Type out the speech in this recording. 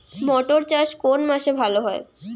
মটর চাষ কোন মাসে ভালো হয়?